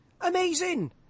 Amazing